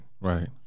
Right